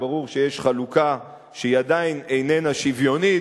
וברור שיש חלוקה שעדיין איננה שוויונית,